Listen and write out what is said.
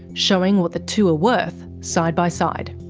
showing what the two are worth side by side.